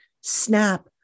snap